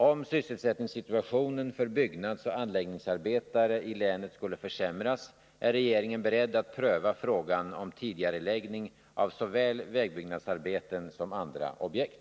Om sysselsättningssituationen för byggnadsoch anläggningsarbetare i länet skulle försämras, är regeringen beredd att pröva frågan om tidigareläggning av såväl vägbyggnadsarbeten som andra objekt.